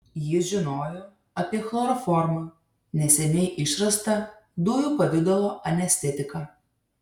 jis žinojo apie chloroformą neseniai išrastą dujų pavidalo anestetiką